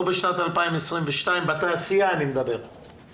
לא בשנת 2022, אני מדבר על התעשייה.